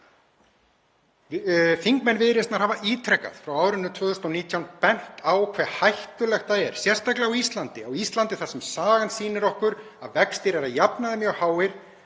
Þingmenn Viðreisnar hafa ítrekað frá árinu 2019 bent á hve hættulegt það er, sérstaklega á Íslandi þar sem sagan sýnir okkur að vextir eru að jafnaði mjög háir,